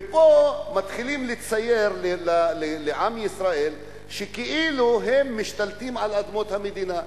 ופה מתחילים לצייר לעם ישראל שכאילו הם משתלטים על אדמות המדינה,